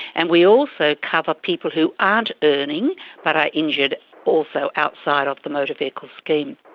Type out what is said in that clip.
and we also cover people who aren't earning but are injured also outside of the motor vehicle scheme.